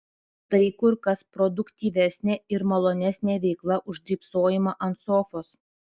tai kur kas produktyvesnė ir malonesnė veikla už drybsojimą ant sofos